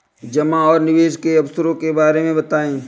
जमा और निवेश के अवसरों के बारे में बताएँ?